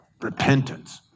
repentance